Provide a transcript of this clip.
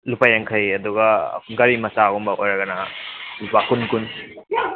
ꯂꯨꯄꯥ ꯌꯥꯡꯈꯩ ꯑꯗꯨꯒ ꯒꯥꯔꯤ ꯃꯆꯥꯒꯨꯝꯕ ꯑꯣꯏꯔꯒꯅ ꯂꯨꯄꯥ ꯀꯨꯟ ꯀꯨꯟ